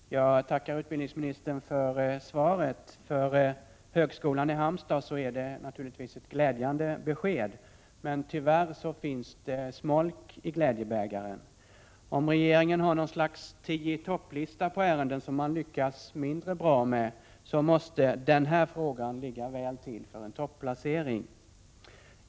EE re 2 z SS . vid högskolan i Halm Herr talman! Jag tackar utbildningsministern för svaret. För högskolan i tad Halmstad är det naturligtvis ett glädjande besked, men tyvärr finns det smolk i glädjebägaren. Om regeringen har något slags tio-i-topp-lista på ärenden som man lyckats mindre bra med, måste den här frågan ligga väl till för en topplacering.